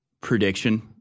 prediction